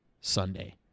Sunday